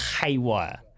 haywire